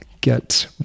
get